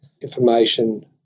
information